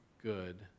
good